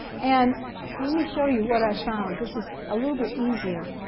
and let me show you what i found this is a little bit easier,